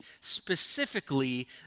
specifically